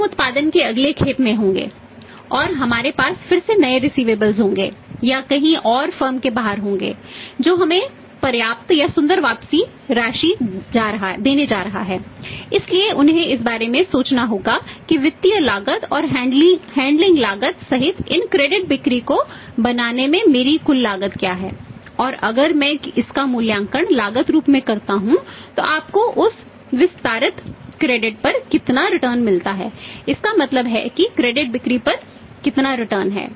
हम उत्पादन के अगले खेप में होंगे और हमारे पास फिर से नए रिसिवेबलस है